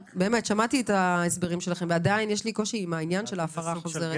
שמעתי את ההסברים שלכם ועדיין יש לי קושי עם העניין של ההפרה החוזרת.